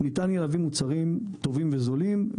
ניתן יהיה להביא מוצרים טובים וזולים.